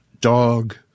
Dog